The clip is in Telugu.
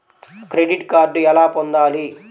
క్రెడిట్ కార్డు ఎలా పొందాలి?